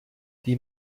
die